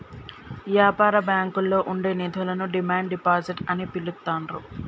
యాపార బ్యాంకుల్లో ఉండే నిధులను డిమాండ్ డిపాజిట్ అని పిలుత్తాండ్రు